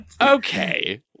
Okay